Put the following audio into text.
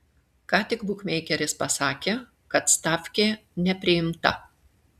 ką tik bukmeikeris pasakė kad stafkė nepriimta